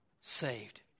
saved